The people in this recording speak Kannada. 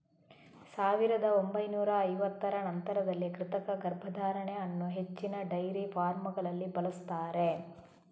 ಸಾವಿರದ ಒಂಬೈನೂರ ಐವತ್ತರ ನಂತರದಲ್ಲಿ ಕೃತಕ ಗರ್ಭಧಾರಣೆ ಅನ್ನು ಹೆಚ್ಚಿನ ಡೈರಿ ಫಾರ್ಮಗಳಲ್ಲಿ ಬಳಸ್ತಾರೆ